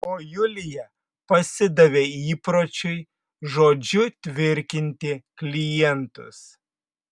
o julija pasidavė įpročiui žodžiu tvirkinti klientus